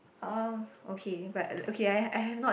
uh okay but uh okay I have I have heard